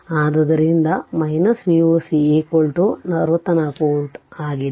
ಆದ್ದರಿಂದ Voc 64 volt ಆಗಿದೆ